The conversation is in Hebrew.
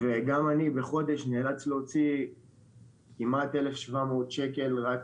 גם אני בחודש נאלץ להוציא כמעט 1,700 שקלים רק